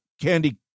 Candy